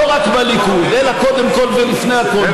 לא רק בליכוד אלא קודם כול ולפני הכול,